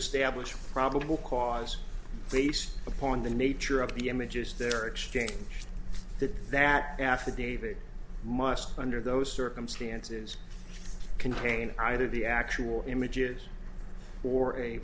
establish probable cause based upon the nature of the images there exchange that that affidavit must under those circumstances contain either the actual images or a